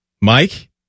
Mike